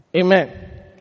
Amen